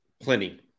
plenty